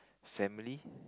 family